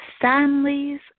families